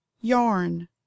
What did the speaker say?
yarn